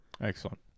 Excellent